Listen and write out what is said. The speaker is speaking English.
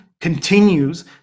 continues